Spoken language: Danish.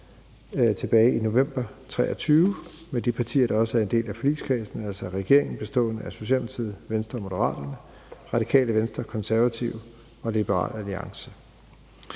tilbage i november 2023 med de partier, der også er en del af forligskredsen, altså regeringen bestående af Socialdemokratiet, Venstre og Moderaterne og Radikale Venstre, Konservative og Liberal Alliance.